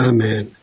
Amen